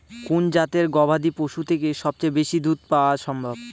কোন জাতের গবাদী পশু থেকে সবচেয়ে বেশি দুধ পাওয়া সম্ভব?